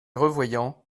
revoyant